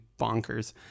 bonkers